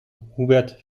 hubert